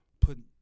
Put